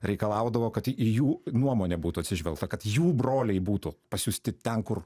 reikalaudavo kad į jų nuomonę būtų atsižvelgta kad jų broliai būtų pasiųsti ten kur